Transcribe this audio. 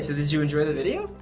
did you enjoy the video?